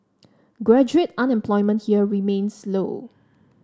graduate unemployment here remains low